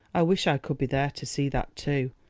i wish i could be there to see that too,